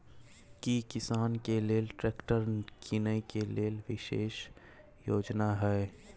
की किसान के लेल ट्रैक्टर कीनय के लेल विशेष योजना हय?